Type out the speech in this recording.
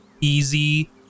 easy